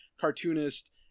cartoonist